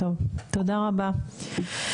תודה רבה.